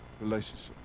relationship